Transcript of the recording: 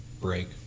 break